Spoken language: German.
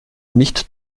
nicht